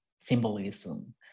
symbolism